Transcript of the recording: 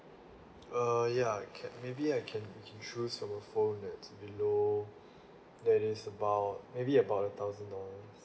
err ya can maybe I can choose from the phone that below that is about maybe about a thousand dollars